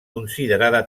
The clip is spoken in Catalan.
considerada